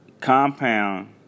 Compound